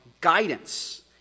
guidance